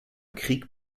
krieg